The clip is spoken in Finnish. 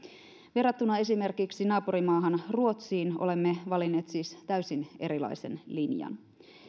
verrattuna esimerkiksi naapurimaahamme ruotsiin olemme valinneet siis täysin erilaisen linjan